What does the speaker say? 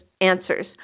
answers